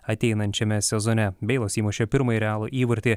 ateinančiame sezone beilas įmušė pirmąjį realui įvartį